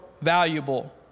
valuable